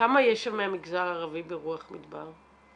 -- כמה יש שם מהמגזר הערבי ברוח מדבר?